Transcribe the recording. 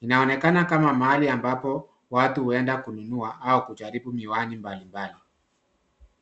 Inaonekana kama mahali ambapo watu huenda kununua au kujaribu miwani mbalimbali.